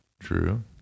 True